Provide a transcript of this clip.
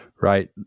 Right